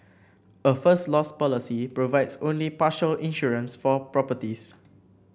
a First Loss policy provides only partial insurance for properties